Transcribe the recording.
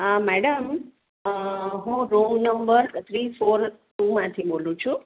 હા મેડમ હું room number three four ટુમાંથી બોલું છું